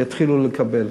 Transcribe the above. יתחילו שם לקבל,